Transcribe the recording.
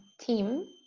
team